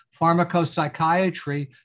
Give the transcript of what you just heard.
Pharmacopsychiatry